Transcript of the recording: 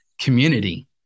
community